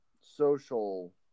social